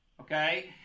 okay